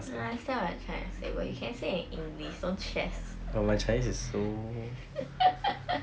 I understand what you trying to say but can you say it in english don't stress